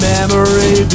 Memory